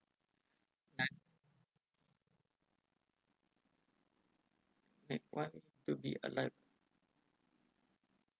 what want to be alive